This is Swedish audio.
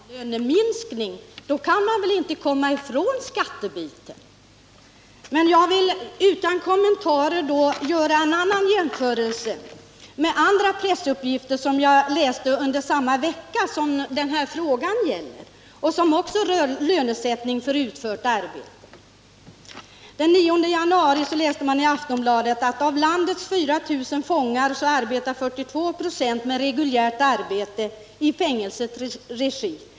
Herr talman! När man talar om en reallöneminskning kan man väl inte komma ifrån skattebiten. Utan kommentarer vill jag göra en annan jämförelse med andra pressuppgifter som jag tog del av samma vecka som den här frågan gäller och som också rör lönesättning för utfört arbete. Den 9 januari kunde man i Aftonbladet läsa att av landets 4 000 fångar har 42 96 reguljärt arbete i fängelsets regi.